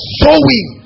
sowing